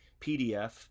PDF